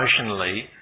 emotionally